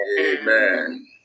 Amen